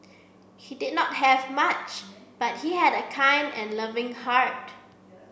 he did not have much but he had a kind and loving heart